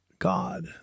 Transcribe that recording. God